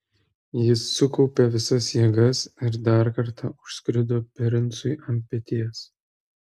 jis sukaupė visas jėgas ir dar kartą užskrido princui ant peties